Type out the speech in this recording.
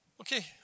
Okay